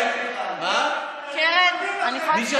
מתאים לכם, זה כל כך מתאים לכם, מה, את מי שכחתי?